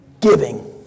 giving